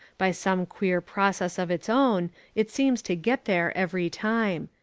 by some queer process of its own it seems to get there every time.